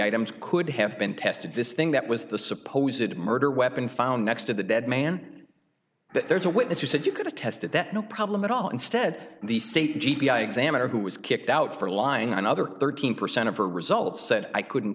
items could have been tested this thing that was the suppose it murder weapon found next to the dead man that there's a witness who said you could have tested that no problem at all instead the state g p i examiner who was kicked out for lying another thirteen percent of her results said i couldn't